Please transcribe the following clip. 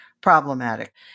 problematic